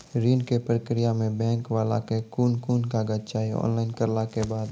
ऋण के प्रक्रिया मे बैंक वाला के कुन कुन कागज चाही, ऑनलाइन करला के बाद?